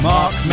Mark